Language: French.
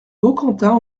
baucantin